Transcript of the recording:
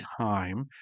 time